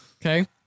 okay